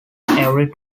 every